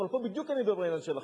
אבל פה בדיוק אני מדבר בעניין של החוק.